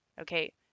okay